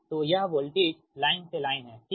तो यह voltage line से लाइन है ठीक